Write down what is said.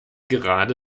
gerade